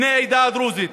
בני העדה הדרוזית,